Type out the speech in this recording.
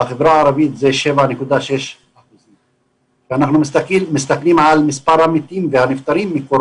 בחברה הערבית הוא 7.6%. אם אנחנו מסתכלים על מספר המתים מקורונה: